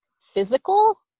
physical